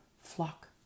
flock